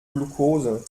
glukose